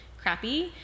crappy